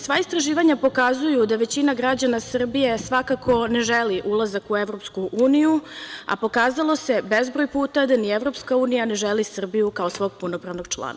Sva istraživanja pokazuju da većina građana Srbije svakako ne želi ulazak u EU, a pokazalo se bezbroj puta da ni EU ne želi Srbiju kao svog punopravnog člana.